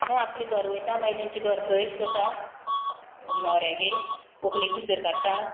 मागीर आपलें घर वयता मागीर तेंचे घर प्रवेश करता न्हवऱ्यागेर व्हंकलेक भितर काडटा